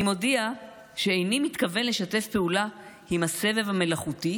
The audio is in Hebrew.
אני מודיע שאיני מתכוון לשתף פעולה עם הסבב המלאכותי